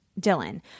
Dylan